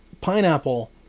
Pineapple